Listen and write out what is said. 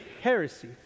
heresy